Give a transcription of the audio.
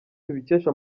tubikesha